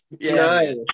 Nice